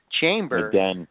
chamber